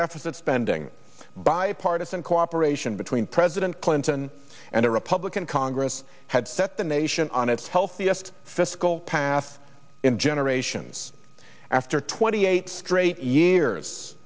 deficit spending bipartisan cooperation between president clinton and a republican congress had set the nation on its healthiest fiscal path in generations after twenty eight straight years